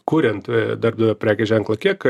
kuriant darbdavio prekės ženklą kiek